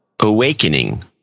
Awakening